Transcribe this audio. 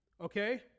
Okay